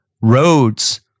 roads